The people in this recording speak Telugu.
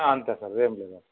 అంతే సార్ ఏమి లేదు